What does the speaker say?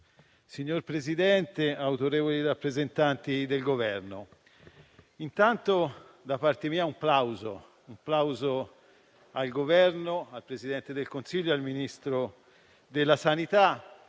Signor Presidente, autorevoli rappresentanti del Governo, intanto, da parte mia un plauso al Governo, al Presidente del Consiglio, al Ministro della sanità